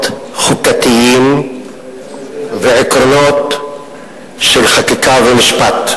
עקרונות חוקתיים ועקרונות של חקיקה ומשפט.